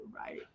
right